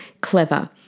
clever